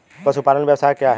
पशुपालन व्यवसाय क्या है?